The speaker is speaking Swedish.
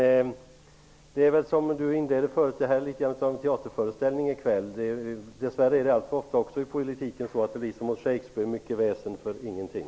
Anders Nilsson sade tidigare i kväll att det här är litet av en teaterföreställning. Dess värre är det alltför ofta så i politiken att det blir som hos Shakespeare, dvs. att det blir mycket väsen för ingenting.